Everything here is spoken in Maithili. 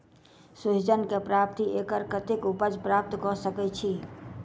सोहिजन केँ प्रति एकड़ कतेक उपज प्राप्त कऽ सकै छी?